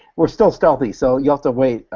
we're still stealthy, so you'll have to wait,